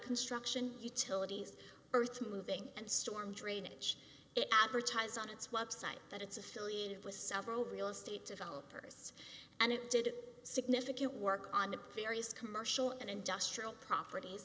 construction utilities earthmoving and storm drainage it advertise on its website that it's affiliated with several real estate developers and it did significant work on it various commercial and industrial properties